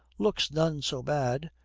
looks none so bad.